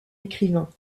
écrivain